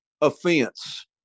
offense